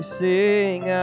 sing